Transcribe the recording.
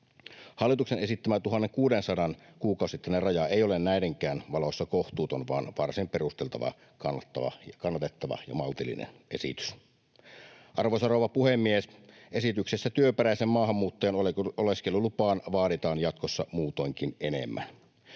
Hallituksen esittämä 1 600:n kuukausittainen raja ei ole näidenkään valossa kohtuuton, vaan se on varsin perusteltava, kannatettava ja maltillinen esitys. Arvoisa rouva puhemies! Esityksessä työperäisen maahanmuuttajan oleskelulupaan vaaditaan jatkossa muutoinkin enemmän.